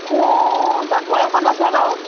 মোৰ জাকৈ এখন আছে বাৰু